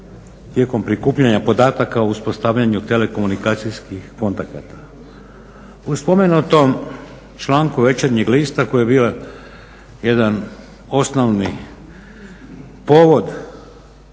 tijekom prikupljanja podataka o uspostavljanju telekomunikacijskih kontakata. U spomenutom članku Večernjeg lista koji je bio jedan osnovni povod